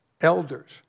Elders